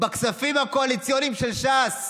בכספים הקואליציוניים של ש"ס,